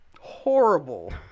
horrible